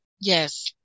Yes